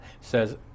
says